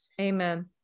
amen